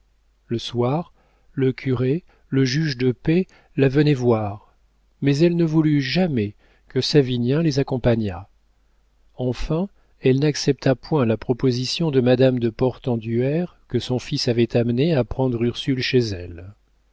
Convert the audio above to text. le soir le curé le juge de paix la venaient voir mais elle ne voulut jamais que savinien les accompagnât enfin elle n'accepta point la proposition de madame de portenduère que son fils avait amenée à prendre ursule chez elle